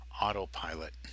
autopilot